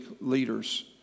leaders